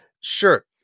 Sure